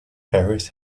harris